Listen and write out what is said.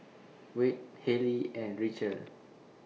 Wade Halley and Richelle